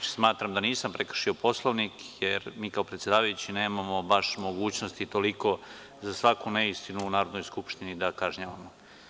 Smatram da nisam prekršio Poslovnik, jer mi kao predsedavajući nemamo baš mogućnosti toliko za svaku neistinu u Narodnoj skupštini da kažnjavamo.